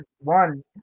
one